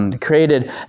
created